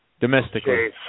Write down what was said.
Domestically